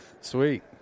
Sweet